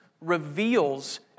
reveals